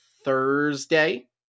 Thursday